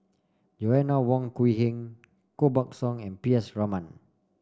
Joanna Wong Quee Heng Koh Buck Song and P S Raman